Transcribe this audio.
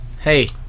hey